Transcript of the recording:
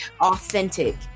authentic